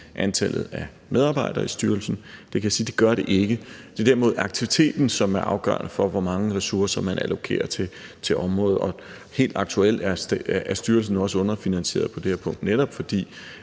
antallet af medarbejdere i styrelsen – kan jeg sige, at det gør det ikke. Det er derimod aktiviteten, som er afgørende for, hvor mange ressourcer man allokerer til området. Helt aktuelt er styrelsen også underfinansieret på det her punkt, netop fordi